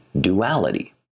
duality